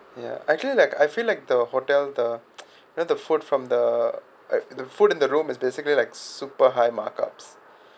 ya actually like I feel like the hotel the you know the food from the the food in the room is basically like super high markups